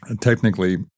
technically